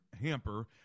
hamper